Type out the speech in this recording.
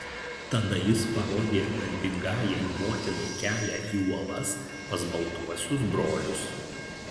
tada jis parodė garbingajai motinai kelią į uolas pas baltuosius brolius